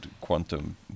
quantum